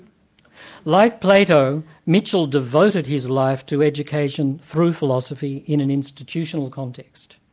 like plato, mitchell devoted his life to education through philosophy in an institutional context.